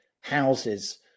houses